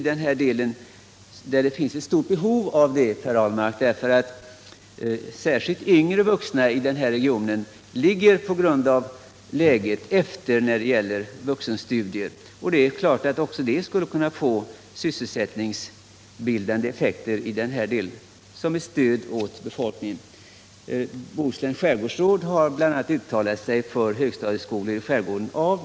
Det finns ett stort behov av det i denna del av landet — särskilt yngre vuxna i den här regionen är på grund av läget efter när det gäller vuxenstudier. Det är klart att också det skulle kunna få sysselsättningsbildande effekter som ett stöd åt befolkningen. Bohusläns skärgårdsråd har av dessa skäl uttalat sig för högstadieskolor i skärgården.